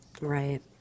Right